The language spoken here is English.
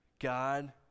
God